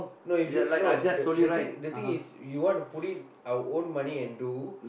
no if you no the the thing the thing is if you want to put in our own money and do